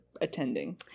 attending